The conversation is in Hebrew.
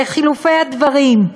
בחילופי הדברים,